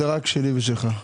זה רק שלי ושלך.